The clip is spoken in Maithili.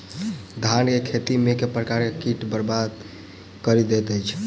धान केँ खेती मे केँ प्रकार केँ कीट बरबाद कड़ी दैत अछि?